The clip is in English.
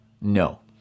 No